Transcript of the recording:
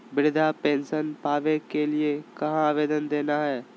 वृद्धा पेंसन पावे के लिए कहा आवेदन देना है?